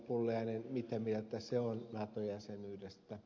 pulliainen mitä mieltä se on nato jäsenyydestä